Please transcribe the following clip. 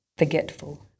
Forgetful